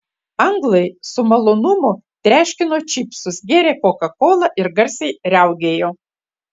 anglai su malonumu treškino čipsus gėrė kokakolą ir garsiai riaugėjo